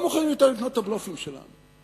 לא מוכנים יותר לקנות את הבלופים שלנו.